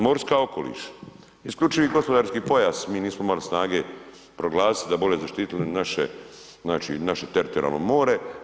Morska okoliš, isključivi gospodarski pojas mi nismo imali proglasiti da bi oni zaštitili naše, znači naše teritorijalno more.